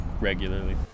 regularly